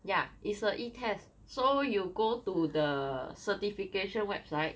yeah it's a e-test so you go to the certification website